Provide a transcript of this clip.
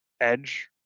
edge